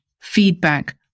feedback